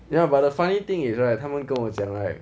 ya but the funny thing is right 他们跟我讲 right